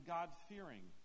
God-fearing